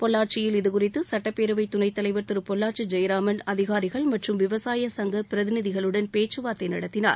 பொள்ளாச்சியில் இதுகுறித்து சட்டப்பேரவைத் துணை தலைவர் திரு பொள்ளாச்சி ஜெயராமன் அதிகாரிகள் மற்றும் விவசாய சங்க பிரதிநிதிகளுடன் பேச்சு வார்த்தை நடத்தினார்